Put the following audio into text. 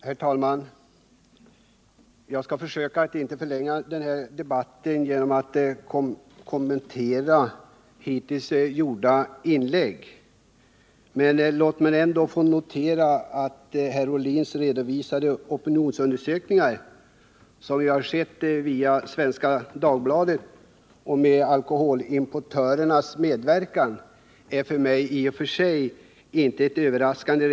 Herr talman! Jag skall undvika att förlänga den här debatten genom att kommentera hittills gjorda inlägg, men låt mig ändå notera att de av herr Ollén redovisade opinionsundersökningarna som vi läst om i Svenska Dagbladet och som skett med alkoholimportörernas medverkan kommit fram till ett resultat som i och för sig inte är överraskande.